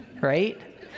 right